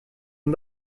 une